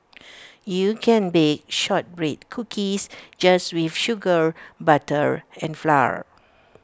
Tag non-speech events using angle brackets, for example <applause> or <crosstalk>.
<noise> you can bake Shortbread Cookies just with sugar butter and flour